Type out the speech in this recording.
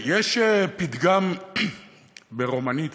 יש פתגם ברומנית,